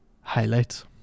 highlights